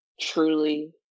truly